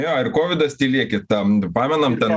jo ir kovidas tylėkit tam pamenam ten